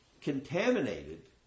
contaminated